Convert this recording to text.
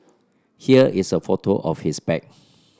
here is a photo of his bag